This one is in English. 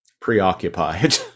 preoccupied